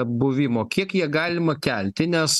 buvimo kiek ją galima kelti nes